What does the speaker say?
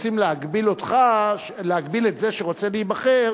רוצים להגביל את זה שרוצה להיבחר,